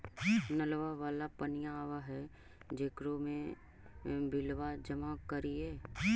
नलवा वाला पनिया आव है जेकरो मे बिलवा जमा करहिऐ?